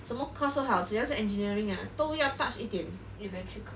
什么 course 都好只要是 engineering 啊都要 touch 一点